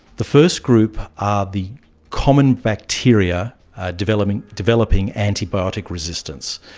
the first group are the common bacteria developing developing antibiotic resistance.